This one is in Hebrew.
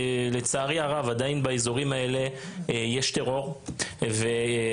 לצערי הרב עדיין באזורים האלה יש טרור והמקרים